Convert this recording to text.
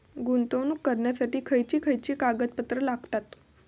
गुंतवणूक करण्यासाठी खयची खयची कागदपत्रा लागतात?